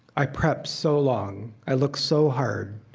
i prep so long, i look so hard,